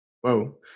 Whoa